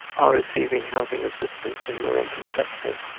are receiving housing assistance in the rental sectors.